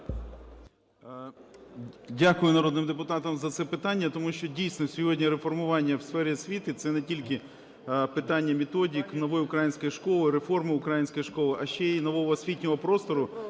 Дякую народним депутатам за це питання, тому що, дійсно, сьогодні реформування у сфері освіти – це не тільки питання методик, "Нової української школи", реформи української школи, а ще й нового освітнього простору,